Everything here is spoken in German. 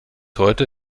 heute